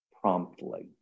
promptly